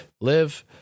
live